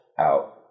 out